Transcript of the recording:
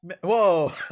Whoa